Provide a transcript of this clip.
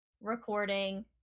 recording